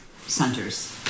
centers